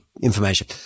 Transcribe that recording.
information